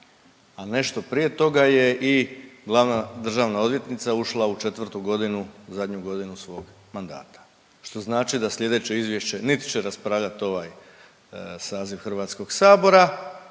A nešto prije toga je i glavna državna odvjetnica ušla u 4. g., zadnju godinu svog mandata, što znači da sljedeće izvješće niti će raspravljati ovaj saziv HS-a, a